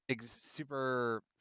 super